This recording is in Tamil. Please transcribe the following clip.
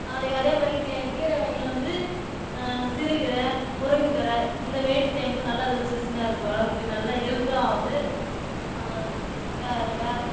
அதே அதே மாதிரி கீ கீரை வகைகள் வந்து சிறு கீரை முருங்கக்கீரை இந்த வெயில் டைமுக்கு நல்லா அதுக்கு சீசனா இருக்குது உடம்புக்கு நல்ல ஹெல்த்தும் ஆகுது வேற வேற